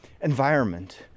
environment